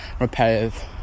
repetitive